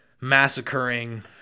massacring